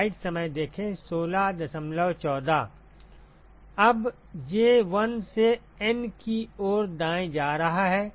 अतः j 1 से N की ओर दायें जा रहा है